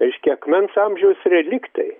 reiškia akmens amžiaus reliktai